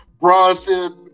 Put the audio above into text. Bronson